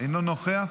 אינו נוכח,